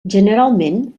generalment